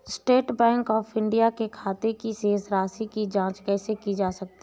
State Bank of India के खाते की शेष राशि की जॉंच कैसे की जा सकती है?